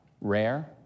Rare